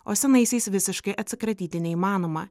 o senaisiais visiškai atsikratyti neįmanoma